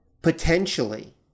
Potentially